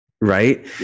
right